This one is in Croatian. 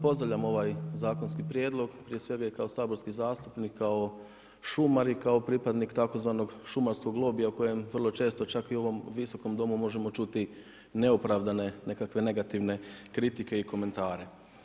Pozdravljam ovaj zakonski prijedlog prije svega i kao saborski zastupnik, kao šumar i kao pripadnik tzv. šumarskog lobija u kojem vrlo često čak i u ovom Visokom domu čuti neopravdane nekakve negativne kritike i komentare.